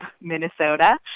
Minnesota